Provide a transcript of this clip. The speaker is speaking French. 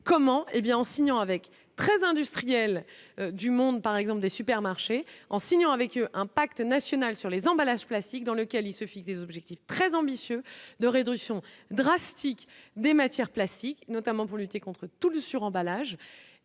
bien, en signant avec 13 industriels du monde par exemple des supermarchés en signant avec un pacte national sur les emballages plastiques dans lequel il se fixe des objectifs très ambitieux de réduction drastique des matières plastiques, notamment pour lutter contre tous le sur-emballage